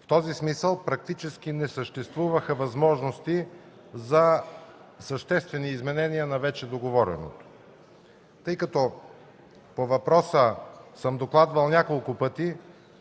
В този смисъл практически не съществуваха възможности за съществени изменения на вече договореното. Тъй като по въпроса съм докладвал няколко пъти,